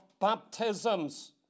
baptisms